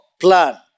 plan